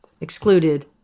excluded